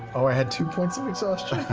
ah i had two points of exhaustion?